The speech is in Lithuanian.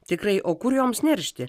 tikrai o kur joms niršti